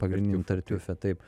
pagrindinį tartiufe taip